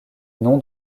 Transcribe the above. nom